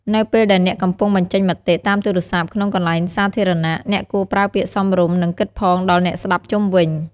នៅពេលដែលអ្នកកំពុងបញ្ចេញមតិតាមទូរស័ព្ទក្នុងកន្លែងសាធារណៈ អ្នកគួរប្រើពាក្យសមរម្យ និងគិតផងដល់អ្នកស្ដាប់ជុំវិញ។